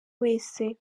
wese